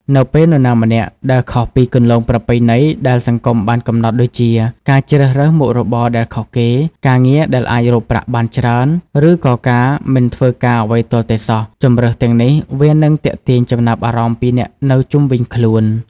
នៅពេលនរណាម្នាក់ដើរខុសពីគន្លងប្រពៃណីដែលសង្គមបានកំណត់ដូចជា ការជ្រើសរើសមុខរបរដែលខុសគេ ការងារដែលអាចរកប្រាក់បានច្រើន ឬក៏ការមិនធ្វើការអ្វីទាល់តែសោះ ជម្រើសទាំងនេះវានឹងទាក់ទាញចំណាប់អារម្មណ៍ពីអ្នកនៅជុំវិញខ្លួន។